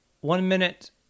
One-minute